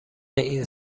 این